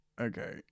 Okay